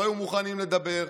לא היו מוכנים לדבר.